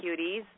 cuties